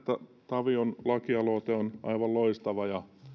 tavion lakialoite on aivan loistava ja